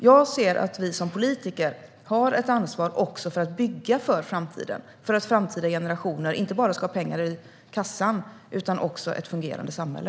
Jag anser att vi som politiker har ett ansvar också för att bygga för framtiden så att framtida generationer inte bara har pengar i kassan utan också ett fungerande samhälle.